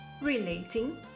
relating